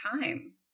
time